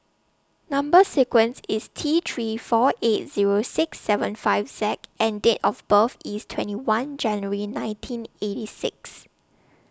Number sequence IS T three four eight Zero six seven five Z and Date of birth IS twenty one January nineteen eighty six